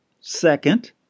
Second